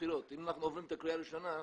אם אנחנו עוברים את הקריאה הראשונה,